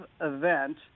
event